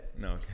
No